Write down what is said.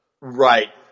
Right